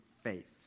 faith